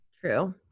True